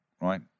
right